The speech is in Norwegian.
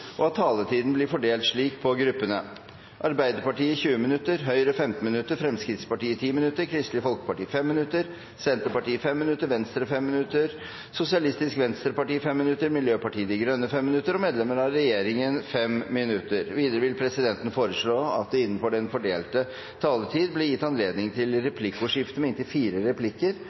og at taletiden blir fordelt slik på gruppene: Arbeiderpartiet 20 minutter, Høyre 15 minutter, Fremskrittspartiet 10 minutter, Kristelig Folkeparti 5 minutter, Senterpartiet 5 minutter, Venstre 5 minutter, Sosialistisk Venstreparti 5 minutter, Miljøpartiet De Grønne 5 minutter og medlemmer av regjeringen 5 minutter. Videre vil presidenten foreslå at det blir gitt anledning til